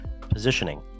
Positioning